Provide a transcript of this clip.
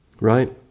right